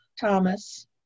Thomas